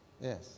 Yes